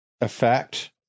effect